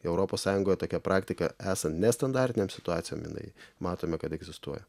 europos sąjungoje tokia praktika esant nestandartinėms situacijom jinai matome kad egzistuoja